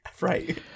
Right